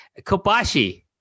Kobashi